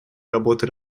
работы